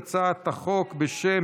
ההצעה להעביר את הצעת חוק התוכנית להבראת